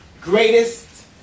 greatest